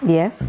Yes